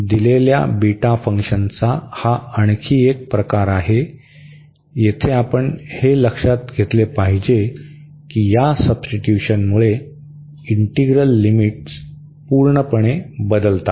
दिलेल्या बीटा फंक्शनचा हा आणखी एक प्रकार आहे येथे आपण हे लक्षात घेतले पाहिजे की या सब्स्टिट्युशनमुळे इंटीग्रल लिमिट पूर्णपणे बदलतात